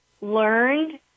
learned